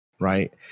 right